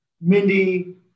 Mindy